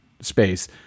space